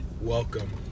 welcome